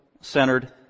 centered